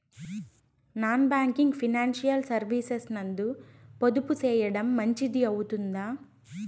Non banking financial services నందు పొదుపు సేయడం మంచిది అవుతుందా?